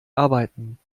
arbeiten